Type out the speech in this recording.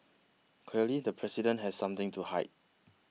clearly the president has something to hide